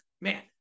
man